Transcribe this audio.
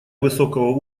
высокого